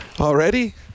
Already